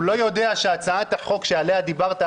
הוא לא יודע שהצעת החוק שעליה דיברת,